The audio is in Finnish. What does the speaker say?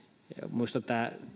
minusta tämä